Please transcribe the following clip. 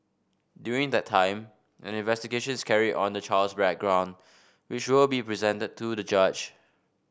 during that time an investigation is carried on the child's background which will be presented to the judge